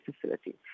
facility